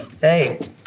Hey